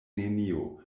nenio